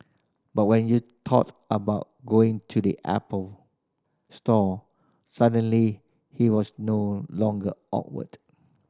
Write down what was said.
but when you thought about going to the Apple store suddenly he was no longer awkward